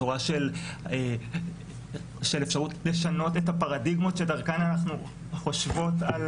בשורה של אפשרות לשנות את הפרדיגמות שדרכן אנחנו חושבות על